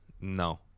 No